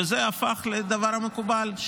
וזה הפך לדבר מקובל,